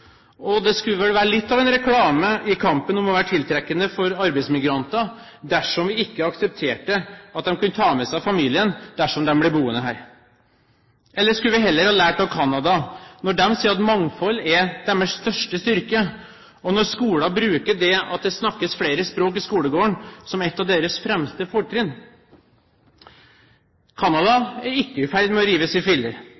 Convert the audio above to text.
tvangsekteskap? Det skulle vel være litt av en reklame i kampen om å være tiltrekkende for arbeidsmigranter dersom vi ikke aksepterte at de kunne ta med seg familien hvis de ble boende her. Eller skulle vi heller ha lært av Canada, når de sier at mangfold er deres største styrke, og når skolene bruker det at det snakkes flere språk i skolegården, som et av sine fremste fortrinn?